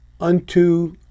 unto